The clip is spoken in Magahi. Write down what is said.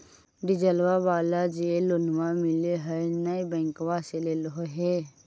डिजलवा वाला जे लोनवा मिल है नै बैंकवा से लेलहो हे?